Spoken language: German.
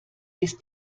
ist